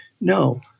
No